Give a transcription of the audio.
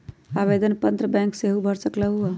आवेदन पत्र बैंक सेहु भर सकलु ह?